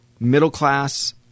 middle-class